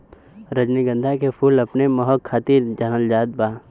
रजनीगंधा के फूल अपने महक खातिर जानल जात बा